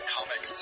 Comic